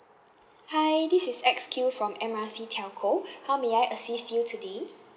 hi this is X Q from M R C telco how may I assist you today